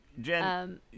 jen